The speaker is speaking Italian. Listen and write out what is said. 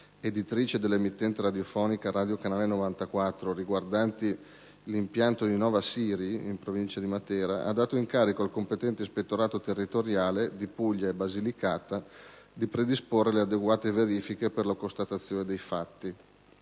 editrice dell'emittente radiofonica «Radio Canale 94 stereo», riguardanti l'impianto di Nova Siri, in provincia di Matera, ha dato incarico al competente ispettorato territoriale di Puglia e Basilicata di predisporre le adeguate verifiche per la constatazione dei fatti.